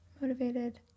Motivated